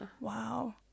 Wow